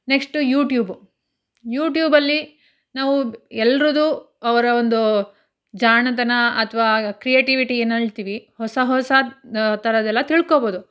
next YouTube ಯೂ ಟ್ಯೂಬಲ್ಲಿ ನಾವು ಎಲ್ರದ್ದೂ ಅವರ ಒಂದು ಜಾಣತನ ಅಥವಾ ಕ್ರಿಯೆಟಿವಿಟಿ ಏನೇಳ್ತೀವಿ ಹೊಸ ಹೊಸ ಥರದ್ದೆಲ್ಲ ತಿಳ್ಕೊಳ್ಬೋದು